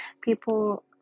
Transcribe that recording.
people